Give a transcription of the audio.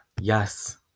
yes